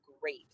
great